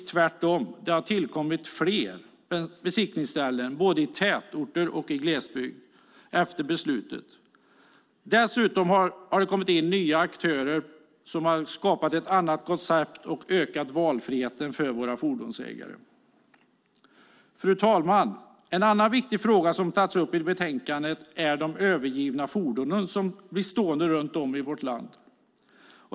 Det har efter beslutet tillkommit fler besiktningsställen i både tätorter och glesbygd. Dessutom har det kommit in nya aktörer som har skapat ett annat koncept och ökat valfriheten för våra fordonsägare. Fru talman! En annan viktig fråga som tas upp i betänkandet är de övergivna fordonen som blir stående runt om i vårt land.